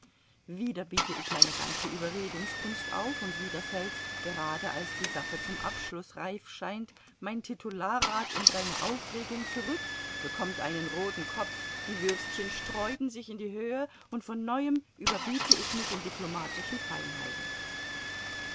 wieder biete ich meine ganze überredungskunst auf und wieder fällt gerade als die sache zum abschluß reif scheint mein titularrat in seine aufregung zurück bekommt einen roten kopf die würstchen sträuben sich in die höhe und von neuem überbiete ich mich in diplomatischen feinheiten